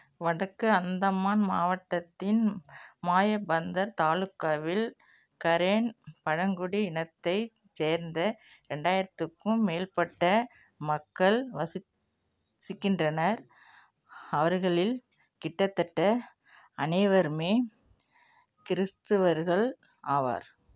வடக்கு அந்தமான் மாவட்டத்தின் மாயபந்தன் தாலுக்காவில் கரேன் பழங்குடி இனத்தை சேர்ந்த ரெண்டாயிரத்துக்கும் மேற்பட்ட மக்கள் வசித் வசிக்கின்றனர் அவர்களில் கிட்டத்தட்ட அனைவருமே கிறிஸ்துவர்கள் ஆவார்